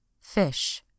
Fish